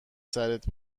سرت